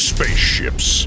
Spaceships